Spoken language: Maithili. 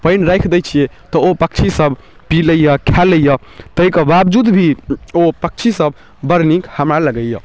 पानि राखि दै छिए तऽ ओ पक्षीसब पीलैए खालैए ताहिके बावजूद भी ओ पक्षीसब बड़ नीक हमरा लगैए